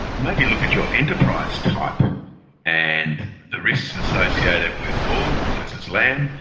maybe look at your enterprise type and the risks associated with wool, versus lamb,